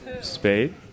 spade